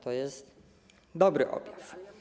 To jest dobry objaw.